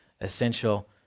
essential